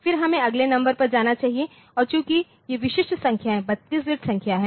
फिर हमें अगले नंबर पर जाना चाहिए और चूंकि ये विशिष्ट संख्याएँ 32 बिट संख्या हैं